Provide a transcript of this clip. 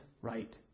right